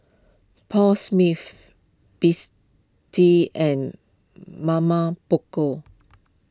Paul Smith Besty and Mama Poko